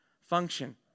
function